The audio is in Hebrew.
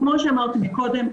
כמו שאמרתי קודם,